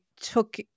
took